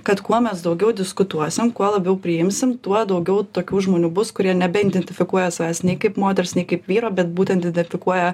kad kuo mes daugiau diskutuosim kuo labiau priimsim tuo daugiau tokių žmonių bus kurie nebeidentifikuoja savęs nei kaip moters nei kaip vyro bet būtent idenfikuoja